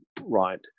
right